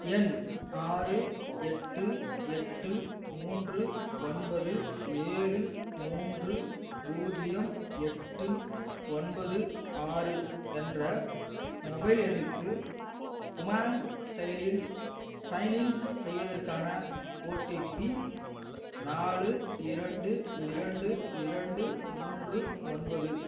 எண் ஆறு எட்டு எட்டு மூன்று ஒன்பது ஏழு மூன்று பூஜ்ஜியம் எட்டு ஒன்பது ஆறு என்ற மொபைல் எண்ணுக்கு உமாங் செயலியில் சைன்இன் செய்வதற்கான ஓடிபி நாலு இரண்டு இரண்டு இரண்டு மூன்று ஒன்பது